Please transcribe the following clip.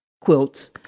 quilts